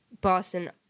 boston